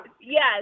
Yes